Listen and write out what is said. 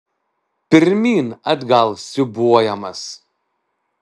pirmyn atgal siūbuojamas